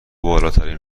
بالاترین